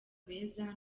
beza